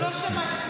למה צריך חבר כנסת,